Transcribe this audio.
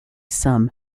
some